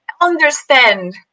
understand